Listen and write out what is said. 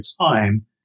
time